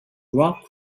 rock